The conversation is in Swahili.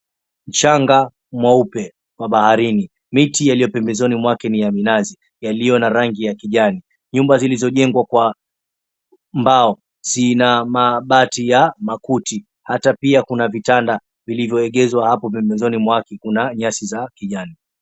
Mchanga mweupe wa baharini. Miti yaliyo pembezoni mwake ni ya minazi yaliyo na rangi ya kijani. Nyumba zilizojengwa kwa mbao zina mabati ya makuti. Hata pia kuna vitanda vilivyoeegezwa hapo pembezoni mwake kuna nyasi za kijani.